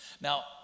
Now